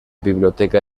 biblioteca